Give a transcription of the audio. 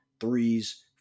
threes